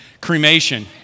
Cremation